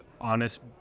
honest